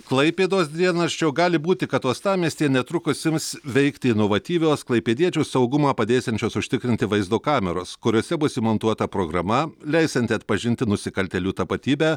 klaipėdos dienraščio gali būti kad uostamiestyje netrukus ims veikti inovatyvios klaipėdiečių saugumą padėsiančios užtikrinti vaizdo kameros kuriose bus įmontuota programa leisianti atpažinti nusikaltėlių tapatybę